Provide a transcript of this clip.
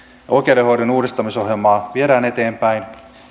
oikeudenhoidon uudistamisohjelmaa viedään eteenpäin